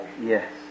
Yes